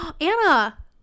Anna